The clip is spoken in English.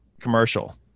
commercial